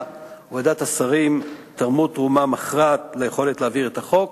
ובוועדת השרים תרמו תרומה מכרעת ליכולת להעביר את החוק,